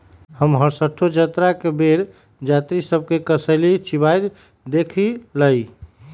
हम हरसठ्ठो जतरा के बेर जात्रि सभ के कसेली चिबाइत देखइलइ